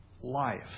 life